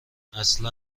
اصلا